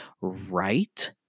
right